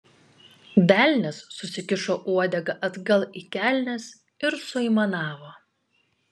velnias susikišo uodegą atgal į kelnes ir suaimanavo